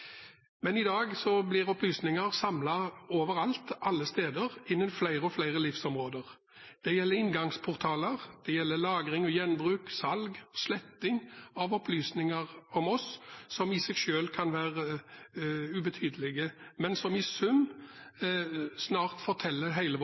Men i dag blir opplysninger samlet overalt, alle steder, innen flere og flere livsområder. Det gjelder inngangsportaler. Det gjelder lagring, gjenbruk og salg, og det gjelder sletting av opplysninger om oss som i seg selv kan være ubetydelige, men som i sum